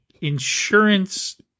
insurance